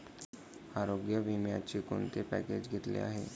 आरोग्य विम्याचे कोणते पॅकेज घेतले आहे?